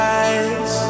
eyes